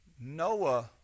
Noah